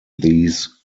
these